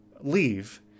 leave